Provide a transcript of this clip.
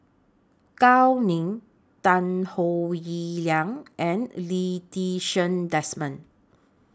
Gao Ning Tan Howe Liang and Lee Ti Seng Desmond